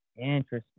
interesting